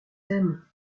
aime